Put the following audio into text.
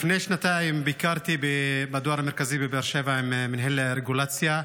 לפני שנתיים ביקרתי בדואר המרכזי בבאר שבע עם מנהל רגולציה.